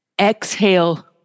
exhale